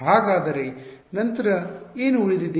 ಹಾಗಾದರೆ ನಂತರ ಏನು ಉಳಿದಿದೆ